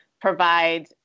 provide